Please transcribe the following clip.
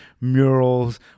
murals